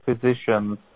physicians